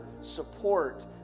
support